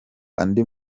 andi